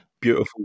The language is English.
beautiful